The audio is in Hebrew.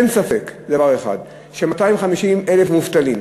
אין ספק בדבר אחד, שיש 250,000 מובטלים,